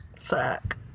Fuck